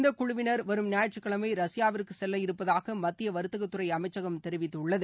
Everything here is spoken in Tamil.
இந்தக் குழுவினா் வரும் ஞாயிற்றுக்கிழமை ரஷ்யாவிற்கு செல்ல இருப்பதாக மத்திய வா்த்தகத் துறை அமைச்சகம் தெரிவித்துள்ளது